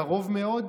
בקרוב מאוד.